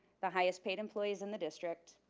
the highest paid employees in the district,